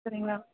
சரிங்களா